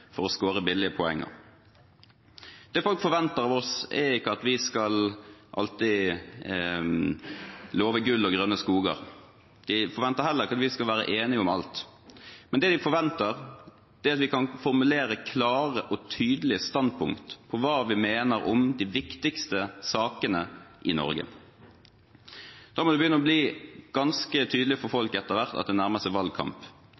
for å skåre billige poenger. Det folk forventer av oss, er ikke at vi alltid skal love gull og grønne skoger. De forventer heller ikke at vi skal være enige om alt. Men det de forventer, er at vi kan formulere klare og tydelige standpunkter – hva vi mener om de viktigste sakene i Norge. Da må det etter hvert begynne å bli ganske tydelig for folk at det nærmer seg valgkamp.